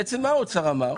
בעצם מה האוצר אמר?